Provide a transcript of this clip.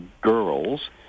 girls